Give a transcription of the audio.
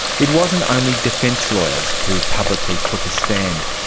it wasn't only defence lawyers who publicly took a stand.